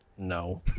No